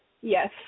Yes